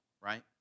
right